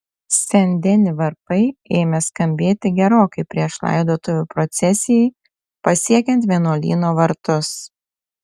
sen deni varpai ėmė skambėti gerokai prieš laidotuvių procesijai pasiekiant vienuolyno vartus